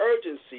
urgency